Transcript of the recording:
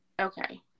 okay